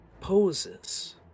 poses